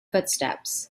footsteps